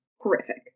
horrific